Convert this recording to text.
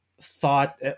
thought